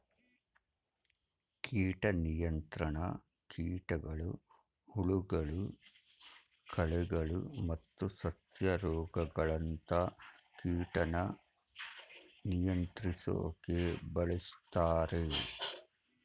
ಕೀಟ ನಿಯಂತ್ರಣ ಕೀಟಗಳು ಹುಳಗಳು ಕಳೆಗಳು ಮತ್ತು ಸಸ್ಯ ರೋಗಗಳಂತ ಕೀಟನ ನಿಯಂತ್ರಿಸೋಕೆ ಬಳುಸ್ತಾರೆ